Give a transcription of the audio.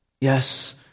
Yes